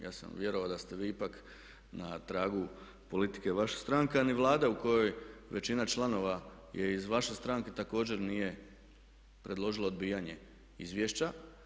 Ja sam vjerovao da ste vi ipak na tragu politike vaše stranke, a ni Vlada u kojoj većina članova je iz vaše stranke također nije predložila odbijanje izvješća.